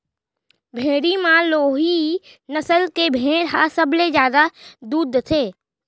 भेड़ी म लोही नसल के भेड़ी ह सबले जादा दूद देथे